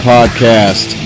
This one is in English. Podcast